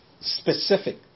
Specific